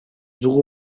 dugu